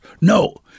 No